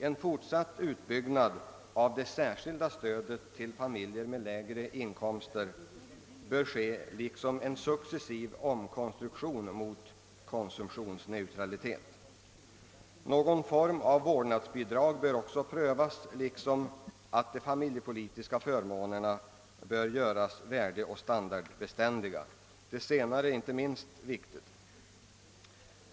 En fortsatt utbyggnad av det särskilda stödet till familjer med lägre inkomster bör ske liksom också en successiv omkonstruktion mot konsumtionsneutralitet. Någon form av: vårdnadsbidrag bör också prövas, och de familjepolitiska förmånerna bör göras värdeoch standardbeständiga. Det senare är inte minst viktigt.